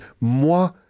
moi